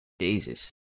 Jesus